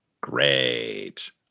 Great